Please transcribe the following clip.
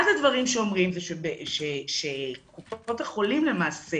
אחד הדברים שאומרים הוא שקופות החולים למעשה